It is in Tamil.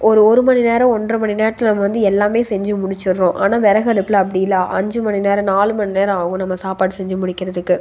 ஒரு ஒரு மணி நேரம் ஒன்றரை மணி நேரத்தில் வந்து எல்லாமே செஞ்சு முடிச்சுர்றோம் ஆனால் விறகடுப்புல அப்படி இல்லை அஞ்சு மணி நேரம் நாலு மணி நேரம் ஆகும் நம்ம சாப்பாடு செஞ்சு முடிக்கிறதுக்கு